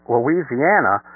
Louisiana